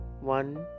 One